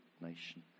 nation